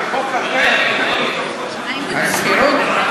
זה חוק אחר בכלל, מה את מדברת?